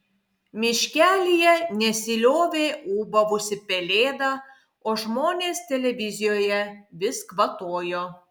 miškelyje nesiliovė ūbavusi pelėda o žmonės televizijoje vis kvatojo